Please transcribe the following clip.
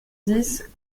dix